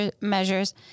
measures